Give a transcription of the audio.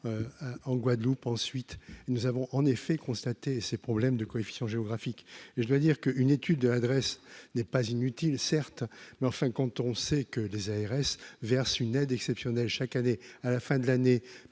en Guadeloupe, ensuite nous avons en effet constaté ces problèmes de coefficient géographique et je dois dire que une étude de l'adresse n'est pas inutile, certes, mais enfin quand on sait que les ARS verse une aide exceptionnelle chaque année à la fin de l'année